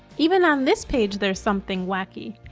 even on this page there's something wacky.